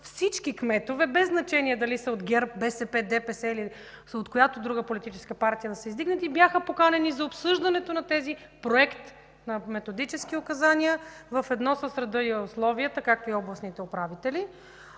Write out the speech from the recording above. всички кметове, без значение дали са от ГЕРБ, БСП, ДПС, или от която и друга политическа партия да са издигнати, бяха поканени за обсъждането на този Проект на „Методически указания”, ведно с реда и условията, както и областните управители.